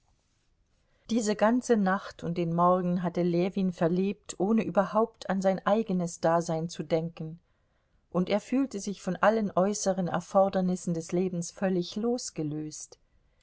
diese ganze nacht und den morgen hatte ljewin verlebt ohne überhaupt an sein eigenes dasein zu denken und er fühlte sich von allen äußeren erfordernissen des lebens völlig losgelöst